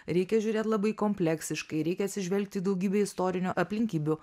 reikia žiūrėt labai kompleksiškai reikia atsižvelgti į daugybę istorinių aplinkybių